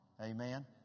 amen